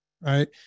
Right